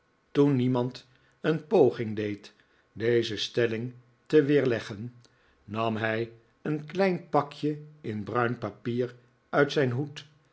toen niemand een poging deed deze stelling te weerleggen nam hij een klein pakje in bruin papier uit zijn hoed